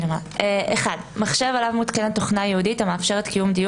הבאים: מחשב עליו מותקנת תוכנה ייעודית המאפשרת קיום דיון